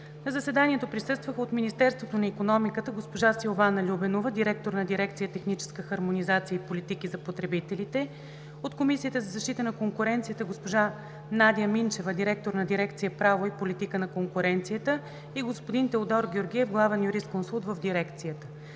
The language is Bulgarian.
На заседанието присъстваха от Министерството на икономиката: госпожа Силвана Любенова – директор на дирекция ,,Техническа хармонизация и политика за потребителите”; от Комисията за защита на конкуренцията: госпожа Надя Минчева – директор на дирекция „Право и политика на конкуренцията“, и господин Теодор Георгиев – главен юрисконсулт в дирекцията.